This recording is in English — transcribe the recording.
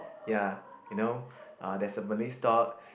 ya you know uh there's a Malay store